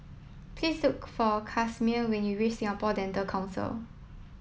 please look for Casimir when you reach Singapore Dental Council